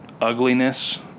ugliness